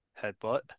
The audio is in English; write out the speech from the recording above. Headbutt